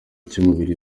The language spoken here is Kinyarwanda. cy’umubiri